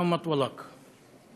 (אומר בערבית: לא משנה מה שאמרתי לך.)